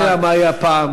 אתה לא יודע מה היה פעם,